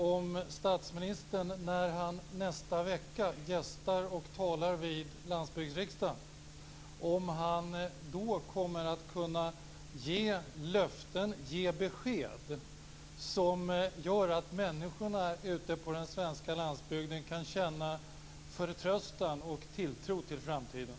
När statsministern nästa vecka gästar och talar vid landsbygdsriksdagen undrar jag om han då kommer att kunna ge löften och ge besked som gör att människorna ute på den svenska landsbygden kan känna förtröstan och tilltro till framtiden.